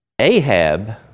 Ahab